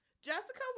Jessica